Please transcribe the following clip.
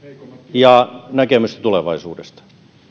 ja toisekseen näkemystä tulevaisuudesta